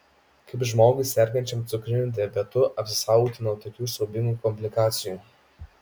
kaip žmogui sergančiam cukriniu diabetu apsisaugoti nuo tokių siaubingų komplikacijų